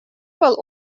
вӑл